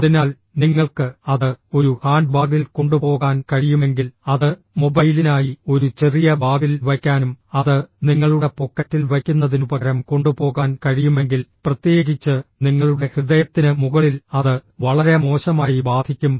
അതിനാൽ നിങ്ങൾക്ക് അത് ഒരു ഹാൻഡ്ബാഗിൽ കൊണ്ടുപോകാൻ കഴിയുമെങ്കിൽ അത് മൊബൈലിനായി ഒരു ചെറിയ ബാഗിൽ വയ്ക്കാനും അത് നിങ്ങളുടെ പോക്കറ്റിൽ വയ്ക്കുന്നതിനുപകരം കൊണ്ടുപോകാൻ കഴിയുമെങ്കിൽ പ്രത്യേകിച്ച് നിങ്ങളുടെ ഹൃദയത്തിന് മുകളിൽ അത് വളരെ മോശമായി ബാധിക്കും